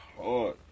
Hard